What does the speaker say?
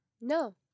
No